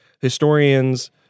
historians